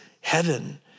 heaven